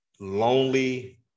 lonely